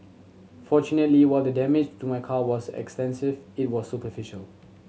fortunately while the damage to my car was extensive it was superficial